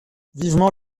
vivement